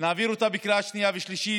נעביר אותה בקריאה שנייה ושלישית.